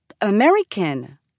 American